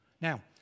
Now